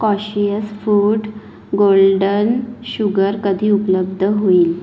cautious food golden sugar कधी उपलब्ध होईल